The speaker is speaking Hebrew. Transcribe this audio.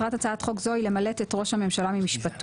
מטרת הצעת חוק זו היא למלט את ראש הממשלה ממשפטו.